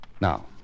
Now